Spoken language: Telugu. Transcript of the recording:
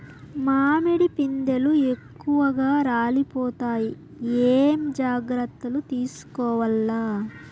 మామిడి పిందెలు ఎక్కువగా రాలిపోతాయి ఏమేం జాగ్రత్తలు తీసుకోవల్ల?